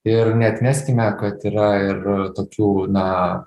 ir neatmeskime kad yra ir tokių na